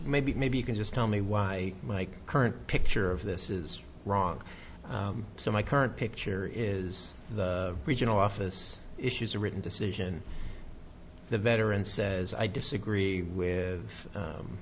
maybe maybe you can just tell me why my current picture of this is wrong so my current picture is the regional office issues a written decision the veteran says i disagree with